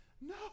No